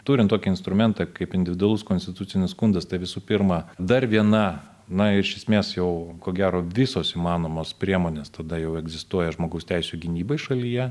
turint tokį instrumentą kaip individualus konstitucinis skundas tai visų pirma dar viena na iš esmės jau ko gero visos įmanomos priemonės tada jau egzistuoja žmogaus teisių gynybai šalyje